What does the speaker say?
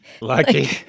Lucky